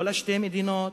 לא לשתי מדינות,